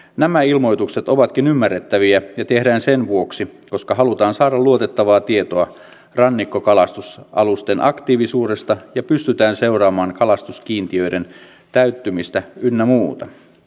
nämä ilmoitukset ovatkin ymmärrettäviä ja tehdään sen vuoksi koska halutaan saada luotettavaa tietoa rannikkokalastusalusten aktiivisuudesta ja pystytään seuraamaan kalastuskiintiöiden täyttymistä ynnä muuta